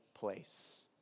place